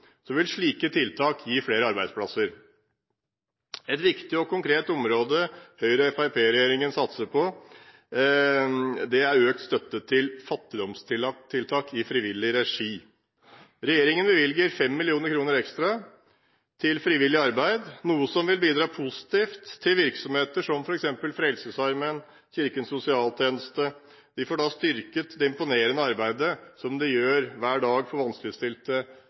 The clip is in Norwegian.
vil slike tiltak gi flere arbeidsplasser. Et viktig og konkret område Høyre–Fremskrittsparti-regjeringen satser på, er økt støtte til fattigdomstiltak i frivillig regi. Regjeringen bevilger 5 mill. kr ekstra til frivillig arbeid, noe som vil bidra positivt til at virksomheter som f.eks. Frelsesarmeen og Kirkens Sosialtjeneste, får styrket det imponerende arbeidet som de gjør hver dag for vanskeligstilte